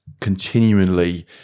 continually